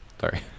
Sorry